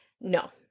no